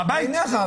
הר הבית.